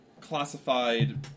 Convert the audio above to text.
classified